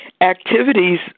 Activities